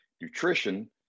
nutrition